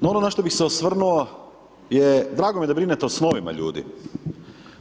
Na ono što bih se osvrnuo, je drago mi je da brinete o snovima ljudi,